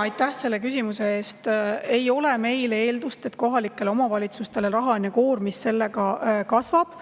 Aitäh selle küsimuse eest! Meil ei ole eeldust, et kohalikele omavalitsustele rahaline koormus sellega kasvab.